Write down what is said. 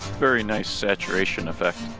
very nice saturation effect